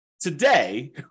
Today